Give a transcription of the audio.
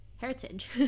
heritage